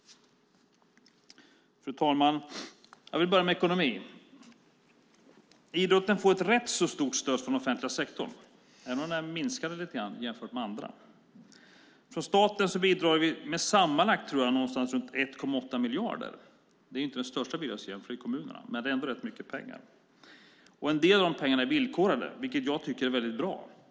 Fru talman! Jag vill börja med ekonomin. Idrotten får ett rätt stort stöd från den offentliga sektorn även om det har minskat lite grann jämfört med andra. Jag tror att staten bidrar med sammanlagt ungefär 1,8 miljarder. Det är inte den största bidragsgivaren, för det är kommunerna, men det är ändå rätt mycket pengar. En del av de pengarna är villkorade, vilket jag tycker är mycket bra.